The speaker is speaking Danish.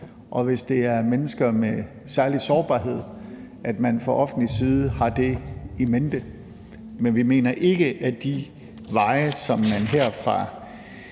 og hvis det er mennesker med særlig sårbarhed, at man fra offentlig side har det in mente; men vi mener ikke, at de veje, som man her fra